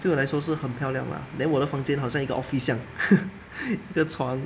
对我来说是很漂亮 lah then 我的房间好像一个 office 这样一个床